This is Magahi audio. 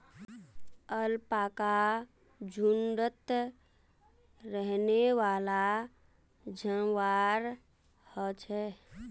अलपाका झुण्डत रहनेवाला जंवार ह छे